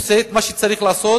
עושה את מה שצריך לעשות.